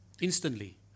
Instantly